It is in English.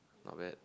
not bad